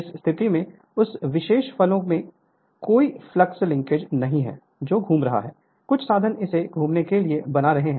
इस स्थिति में उस विशेष फ्लो में कोई फ्लक्स लिंकेज नहीं है जो घूम रहा है कुछ साधन इसे घुमाने के लिए बना रहे हैं